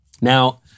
Now